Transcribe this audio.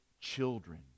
children